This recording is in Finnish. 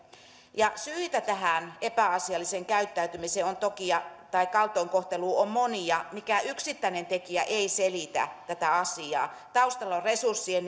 voidaan sanoa syitä tähän epäasialliseen käyttäytymiseen tai kaltoinkohteluun on monia mikään yksittäinen tekijä ei selitä tätä asiaa taustalla on resurssien